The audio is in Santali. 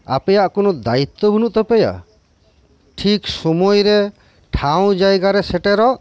ᱟᱯᱮᱭᱟᱜ ᱠᱳᱱᱳ ᱫᱟᱭᱤᱛᱛᱚ ᱵᱟᱹᱱᱩᱜ ᱛᱟᱯᱮᱭᱟ ᱴᱷᱤᱠ ᱥᱚᱢᱚᱭ ᱨᱮ ᱴᱷᱟᱶ ᱡᱟᱭᱜᱟ ᱨᱮ ᱥᱮᱴᱮᱨᱚᱜ